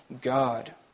God